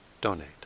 donate